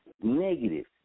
negative